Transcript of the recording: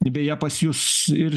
beje pas jus ir